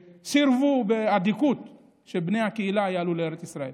שסירבו באדיקות שבני הקהילה יעלו לארץ ישראל,